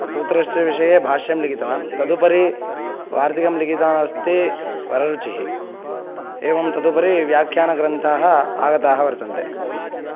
सूत्रस्य विषये भाष्यं लिखितवान् तदुपरि वार्तिकं लिखितवान् अस्ति वररुचिः एवं तदुपरि व्याख्यानग्रन्थाः आगताः वर्तन्ते